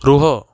ରୁହ